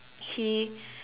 he